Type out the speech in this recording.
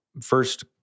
first